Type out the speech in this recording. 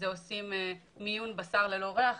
זה מיון בשר ללא ריח,